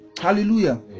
hallelujah